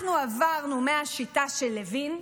אנחנו עברנו מהשיטה של לוין,